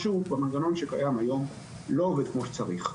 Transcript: משהו במה שקורה היום לא עובד כמו שצריך.